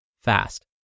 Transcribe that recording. fast